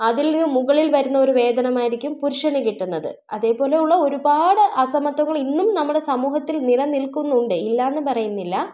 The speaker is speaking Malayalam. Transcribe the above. അതിൽനിന്ന് മുകളിൽ വരുന്ന ഒരു വേതനമായിരിക്കും പുരുഷന് കിട്ടുന്നത് അതേപോലെ ഉള്ള ഒരുപാട് അസമത്വങ്ങൾ ഇന്നും നമ്മുടെ സമൂഹത്തിൽ നിലനിൽക്കുന്നുണ്ട് ഇല്ല എന്ന് പറയുന്നില്ല